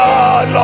God